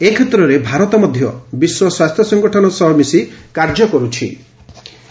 ଏ କ୍ଷେତ୍ରରେ ଭାରତ ମଧ୍ୟ ବିଶ୍ୱ ସ୍ୱାସ୍ଥ୍ୟ ସଂଗଠନ ସହ ମିଶି କାର୍ଯ୍ୟ କର୍ତ୍ଥି